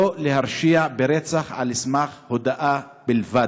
שלא להרשיע ברצח על סמך הודאה בלבד.